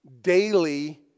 daily